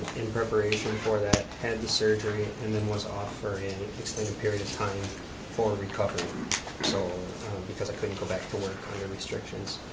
in preparation for that. had the surgery, and then was off for an extended period of time for recovery so because i couldn't go back to work under restrictions.